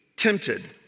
tempted